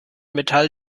metall